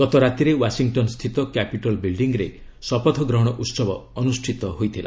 ଗତ ରାତିରେ ୱାଶିଂଟନ୍ ସ୍ଥିତ କ୍ୟାପିଟଲ୍ ବିଲ୍ଡିଙ୍ଗ୍ରେ ଶପଥ ଗ୍ରହଣ ଉତ୍ସବ ଅନୁଷ୍ଠିତ ହୋଇଥିଲା